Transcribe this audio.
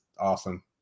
awesome